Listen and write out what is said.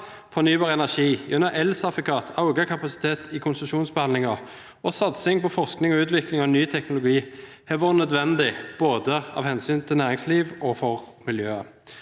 fornybar energi gjennom elsertifikat, økt kapasitet i konsesjonsbehandlingen og satsing på forskning og utvikling av ny teknologi vært nødvendig av hensyn til både næringslivet og miljøet.